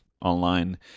online